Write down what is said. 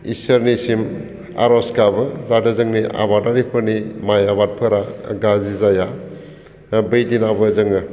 इसोरनिसिम आरज गाबो जाहाथे जोंनि आबादारिफोरनि माइ आबादाफोरा गाज्रि जाया बै दिनावबो जोङो